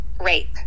rape